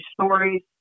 stories